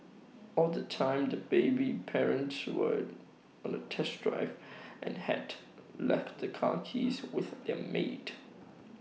all the time the baby's parents were on A test drive and had left the car keys with their maid